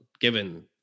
given